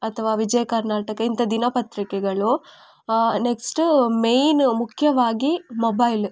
ಅಥವಾ ವಿಜಯಕರ್ನಾಟಕ ಇಂತ ದಿನಪತ್ರಿಕೆಗಳು ನೆಕ್ಸ್ಟ್ ಮೇಯ್ನ್ ಮುಖ್ಯವಾಗಿ ಮೊಬೈಲ್